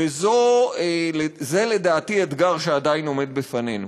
וזה לדעתי אתגר שעדיין עומד בפנינו,